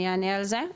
אני אענה על זה,